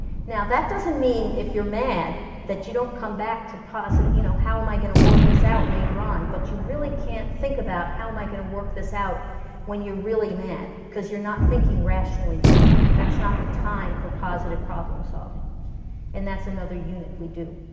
now that doesn't mean if you're mad that you don't come back to positive you know, how am i gonna work this out later on, but you really can't think about how am i gonna work this out when you're really mad cause you're not thinking rationally then, that's not the time for positive problem solving and that's another unit we do